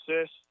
assist